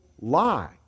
lie